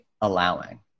allowing